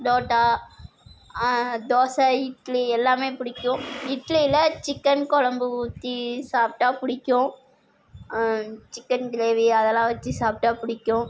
புரோட்டா தோசை இட்லி எல்லாமே பிடிக்கும் இட்லியில் சிக்கன் குழம்பு ஊற்றி சாப்பிட்டா பிடிக்கும் சிக்கன் கிரேவி அதெல்லாம் வெச்சு சாப்பிட்டா பிடிக்கும்